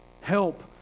Help